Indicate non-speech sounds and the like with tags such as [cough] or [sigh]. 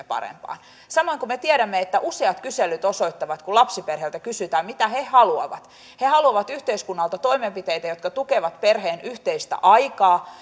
[unintelligible] parempaan samoin me tiedämme että useat kyselyt osoittavat että kun lapsiperheeltä kysytään mitä he haluavat niin he haluavat yhteiskunnalta toimenpiteitä jotka tukevat perheen yhteistä aikaa [unintelligible]